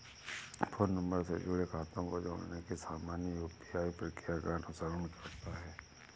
phone number से जुड़े खातों को जोड़ने की सामान्य यू.पी.आई प्रक्रिया का अनुसरण करता है